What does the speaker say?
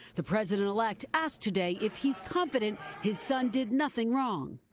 the president-elect asked today if he's confident his son did nothing wrong.